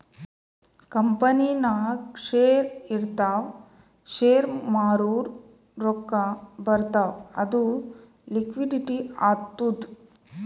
ಕಂಪನಿನಾಗ್ ಶೇರ್ ಇರ್ತಾವ್ ಶೇರ್ ಮಾರೂರ್ ರೊಕ್ಕಾ ಬರ್ತಾವ್ ಅದು ಲಿಕ್ವಿಡಿಟಿ ಆತ್ತುದ್